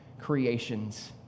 creations